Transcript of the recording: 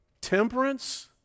temperance